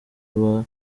aba